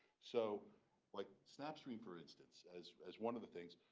so like snapstream for instance as as one of the things.